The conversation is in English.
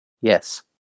Yes